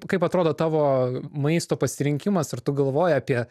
kaip atrodo tavo maisto pasirinkimas ar tu galvoji apie